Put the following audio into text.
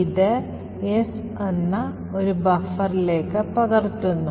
ഇത് S ഒരു ബഫറിലേക്ക് പകർത്തുന്നു